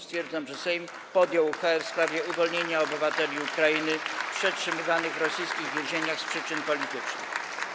Stwierdzam, że Sejm podjął uchwałę w sprawie uwolnienia obywateli Ukrainy przetrzymywanych w rosyjskich więzieniach z przyczyn politycznych.